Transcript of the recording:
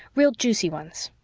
real juicy ones.